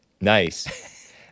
Nice